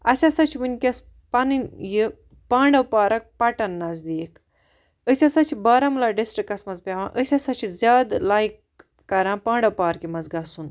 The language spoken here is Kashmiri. اَسہِ ہَسا چھُ وِنکیٚس پَنِنۍ یہِ پانڈَو پارَک پَٹَن نَزدیٖک أسۍ ہَسا چھِ بارہمُلہ ڈِسٹرکَس مَنٛز پیٚوان أسۍ ہَسا چھِ زیادٕ لایک کران پانڈَو پارکہِ مَنٛز گَژھُن